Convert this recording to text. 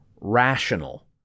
rational